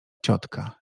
ciotka